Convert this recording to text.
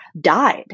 died